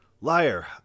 Liar